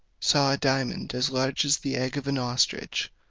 saw a diamond as large as the egg of an ostrich,